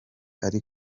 ari